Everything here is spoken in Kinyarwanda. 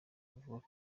avuga